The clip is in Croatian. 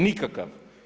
Nikakav.